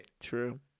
True